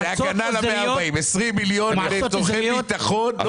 20 מיליון לצורך ביטחון.